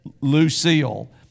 Lucille